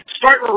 start